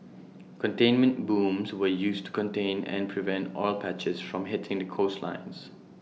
containment booms were used to contain and prevent oil patches from hitting the coastlines